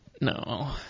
No